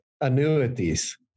annuities